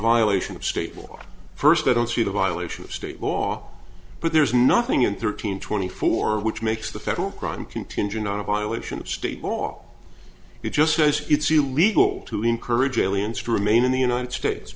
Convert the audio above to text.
violation of state more first i don't see the violation of state law but there is nothing in thirteen twenty four which makes the federal crime contingent on a violation of state law he just says it's illegal to encourage aliens to remain in the united states